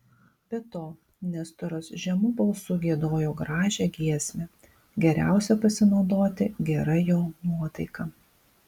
be to nestoras žemu balsu giedojo gražią giesmę geriausia pasinaudoti gera jo nuotaika